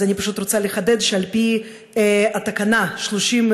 אז אני פשוט רוצה לחדד שעל פי תקנה 386א,